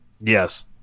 Yes